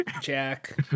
Jack